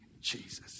Jesus